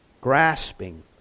grasping